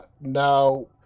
Now